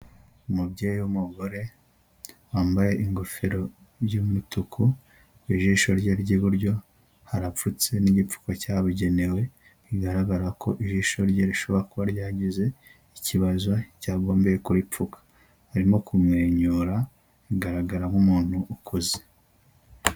Umubyeyi w'umugore wambaye ingofero y'umutuku, ku jisho rye ry'iburyo harapfutse n'igipfuko cyabugenewe, bigaragara ko ijisho rye rishobora kuba ryagize ikibazo cyagombeye kuripfuka, arimo kumwenyura agaragara nk'umuntu ukuze.